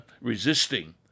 resisting